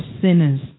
sinners